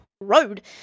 road